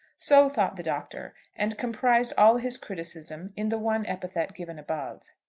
so thought the doctor, and comprised all his criticism in the one epithet given above.